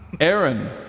Aaron